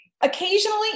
Occasionally